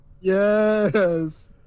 Yes